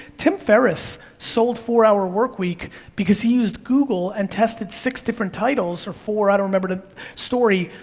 tim ferriss sold four hour workweek because he used google and tested six different titles, or four, i don't remember the story,